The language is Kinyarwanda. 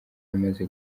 amaze